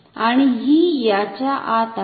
आणि ही याच्या आत आहे